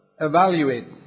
evaluate